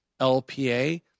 LPA